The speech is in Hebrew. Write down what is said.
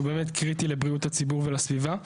שהוא באמת קריטי לבריאות הציבור ולסביבה.